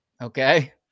Okay